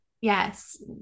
Yes